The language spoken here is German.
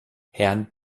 herrn